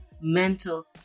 mental